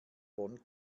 bonn